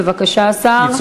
בבקשה, השר.